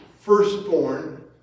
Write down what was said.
firstborn